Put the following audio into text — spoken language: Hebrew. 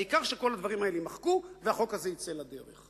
העיקר שכל הדברים האלה יימחקו והחוק הזה יצא לדרך.